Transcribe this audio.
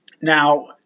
now